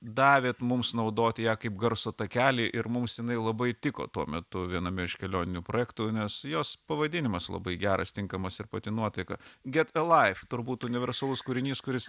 davėt mums naudoti ją kaip garso takelį ir mums jinai labai tiko tuo metu viename iš kelionių projektų nes jos pavadinimas labai geras tinkamas ir pati nuotaika get alive turbūt universalus kūrinys kuris